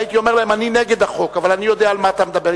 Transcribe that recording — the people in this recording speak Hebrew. והייתי אומר להם שאני נגד החוק אבל אני יודע על מה אתה מדבר.